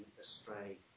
astray